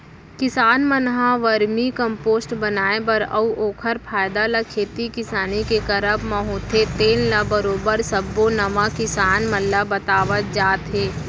किसान मन ह वरमी कम्पोस्ट बनाए बर अउ ओखर फायदा ल खेती किसानी के करब म होथे तेन ल बरोबर सब्बो नवा किसान मन ल बतावत जात हे